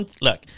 Look